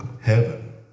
heaven